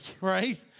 right